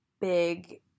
big